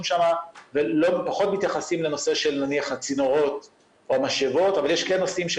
אבל פחות מתייחסים לנושא של צינורות או משאבות אבל יש כן נושאים,